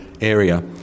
area